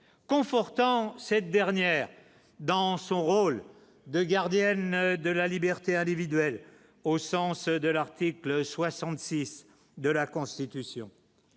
confortant cette dernière dans son rôle de gardienne de la liberté individuelle, au sens de l'article 66 de la Constitution.